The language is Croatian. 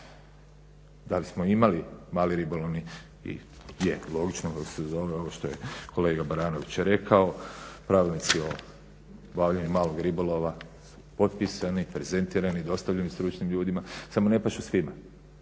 Da li smo imali mali ribolovni? Je, logično u sezoni ovo što je kolega Baranović rekao pravilnici o obavljanju malog ribolova potpisani, prezentirani, dostavljeni stručnim ljudima. Samo ne pašu svima.